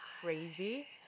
crazy